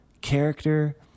character